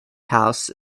house